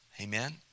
Amen